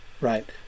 right